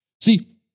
See